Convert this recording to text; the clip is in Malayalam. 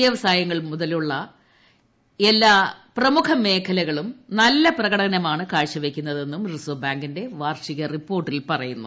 വൃവസായങ്ങൾ മുതലുളള എല്ലാ പ്രമുഖ മേഖലകളും നല്ല പ്രകടനമാണ് കാഴ്ചവയ്ക്കുന്നതെന്നും റിസർവ് ബാങ്കിന്റെ വാർഷിക റിപ്പോർട്ടിൽ പറയുന്നു